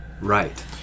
Right